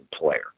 player